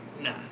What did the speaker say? Nah